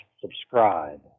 subscribe